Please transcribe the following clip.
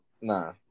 nah